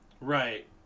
Right